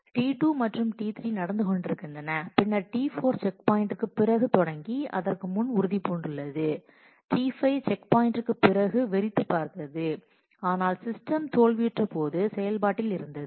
T2 மற்றும் T3 நடந்து கொண்டிருந்தன பின்னர் T4 செக்பாயின்ட்க்குப் பிறகு தொடங்கி அதற்கு முன் உறுதிபூண்டுள்ளது T5 செக்பாயின்ட்க்குப் பிறகு வெறித்துப் பார்த்தது ஆனால் சிஸ்டம் தோல்வியுற்றபோது செயல்பாட்டில் இருந்தது